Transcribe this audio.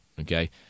okay